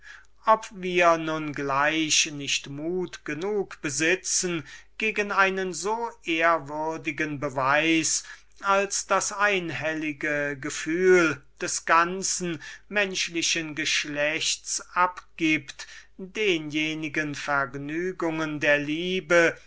ob wir nun gleich nicht mut genug besitzen gegen einen so ehrwürdigen beweis als das einhellige gefühl des ganzen menschlichen geschlechts abgibt öffentlich zu behaupten daß diejenigen vergnügungen der liebe